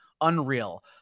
Unreal